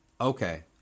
Okay